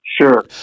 Sure